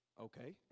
okay